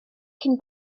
cyn